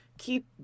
keep